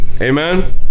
Amen